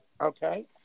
Okay